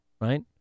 right